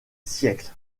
siècles